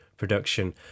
production